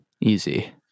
easy